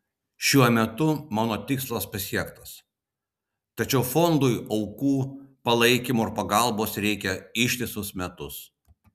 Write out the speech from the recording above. šiuo metu mano tikslas pasiektas tačiau fondui aukų palaikymo ir pagalbos reikia ištisus metus